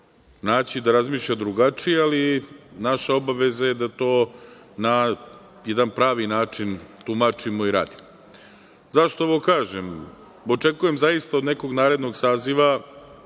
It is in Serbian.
naći da razmišlja drugačije, ali naša obaveza je da to na jedan pravi način tumačimo i radimo.Zašto ovo kažem? Očekujem zaista od nekog narednog saziva